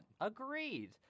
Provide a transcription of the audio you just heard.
Agreed